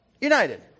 United